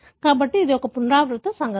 కాబట్టి ఇది ఒక పునరావృత సంఘటన